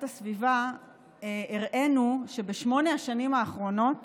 הסביבה הראינו שבשמונה השנים האחרונות